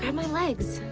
and my legs.